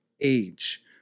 age